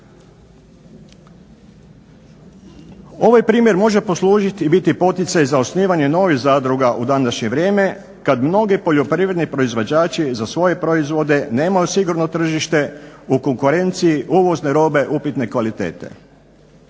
Ovaj primjer može poslužiti i biti poticaj za osnivanje novih zadruga u današnje vrijeme kad mnogi poljoprivredni proizvođači za svoje proizvode nemaju sigurno tržište u konkurenciji uvozne robe upitne kvalitete.